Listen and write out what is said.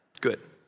Good